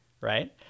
right